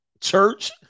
Church